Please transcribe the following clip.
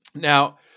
now